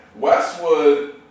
Westwood